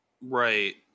Right